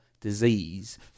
disease